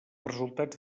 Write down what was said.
resultats